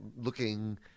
looking